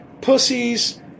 pussies